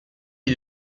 est